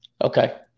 Okay